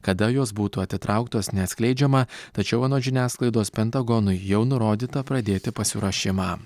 kada jos būtų atitrauktos neatskleidžiama tačiau anot žiniasklaidos pentagonui jau nurodyta pradėti pasiruošimą